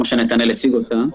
כמו שנתנאל הציג אותה,